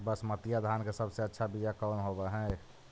बसमतिया धान के सबसे अच्छा बीया कौन हौब हैं?